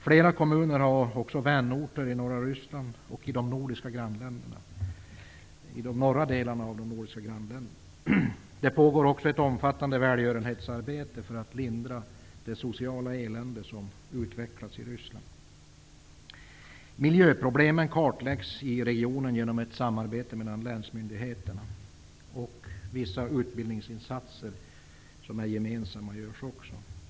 Flera kommuner har vänorter i norra Ryssland och i de nordiska grannländernas norra delar. Det pågår också ett omfattande välgörenhetsarbete för att lindra det sociala elände som har utvecklats i Ryssland. Miljöproblemen kartläggs i regionen genom ett samarbete mellan länsmyndigheterna. Vissa gemensamma utbildningsinsatser görs också.